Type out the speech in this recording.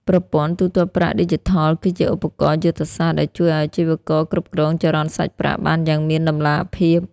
ប្រព័ន្ធ ទូទាត់ប្រាក់ឌីជីថលគឺជាឧបករណ៍យុទ្ធសាស្ត្រដែលជួយឱ្យអាជីវករគ្រប់គ្រងចរន្តសាច់ប្រាក់បានយ៉ាងមានតម្លាភាព។